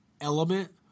element